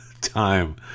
time